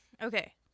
Okay